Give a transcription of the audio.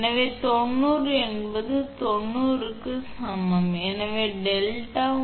எனவே 90 என்பது 90 ° to க்கு சமம் எனவே டெல்டா 1